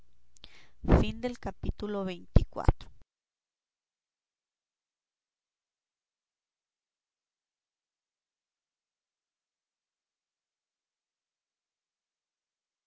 fin del capítulo